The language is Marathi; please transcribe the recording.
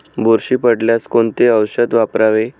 बुरशी पडल्यास कोणते औषध वापरावे?